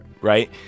Right